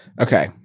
Okay